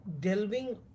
delving